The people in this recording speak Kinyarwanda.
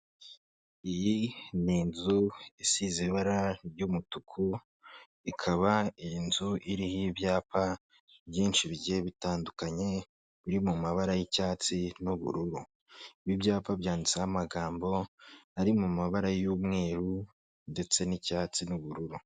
Iyi ni inzu isize ibara ry'umutuku, ikaba iyi nzu iriho ibyapa byinshi bigiye bitandukanye, biri mu mabara y'icyatsi n'ubururu, ibi ibyapa byanditseho amagambo ari mu mabara y'umweru ndetse n'icyatsi n'ubururu.